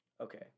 Okay